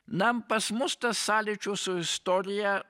na pas mus tas sąlyčio su istorija